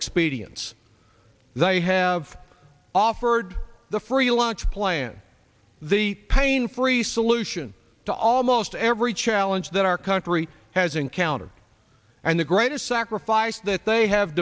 expedience they have offered the free lunch plan the pain free solution to almost every challenge that our country has encountered and the greatest sacrifice that they have